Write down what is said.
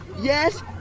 yes